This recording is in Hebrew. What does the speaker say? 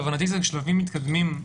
להבנתי זה בשלבים מתקדמים.